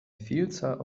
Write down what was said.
vielzahl